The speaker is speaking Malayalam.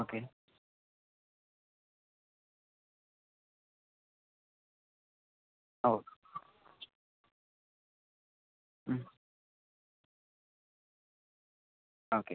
okay oh okay